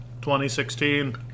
2016